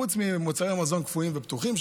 חוץ ממוצרי מזון קפואים ופתוחים,